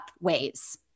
ways